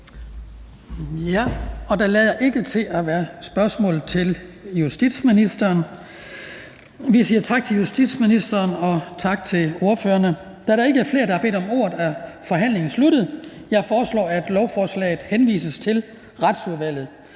Der lader ikke til at være spørgsmål til justitsministeren. Vi siger tak til justitsministeren og tak til ordførerne. Da der ikke er flere, der har bedt om ordet, er forhandlingen sluttet. Jeg foreslår, at lovforslaget henvises til Retsudvalget.